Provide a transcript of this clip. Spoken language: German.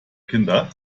kinder